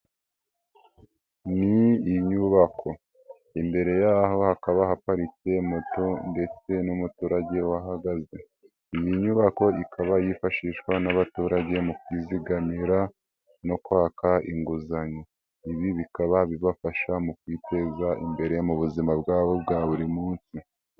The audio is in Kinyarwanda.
Ni inyubako. Imbere yaho hakaba haparitse moto ndetse n'umuturage wahagaze. Iyi nyubako ikaba yifashishwa n'abaturage mu kwizigamira no kwaka inguzanyo. Ibi bikaba bibafasha mu kwiteza imbere mu buzima bwabo bwa buri munsi.